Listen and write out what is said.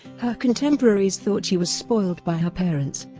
her contemporaries thought she was spoiled by her parents,